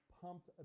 pumped